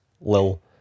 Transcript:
lil